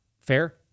Fair